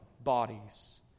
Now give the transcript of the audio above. bodies